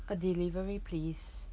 uh delivery please